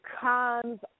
cons